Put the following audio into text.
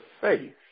faith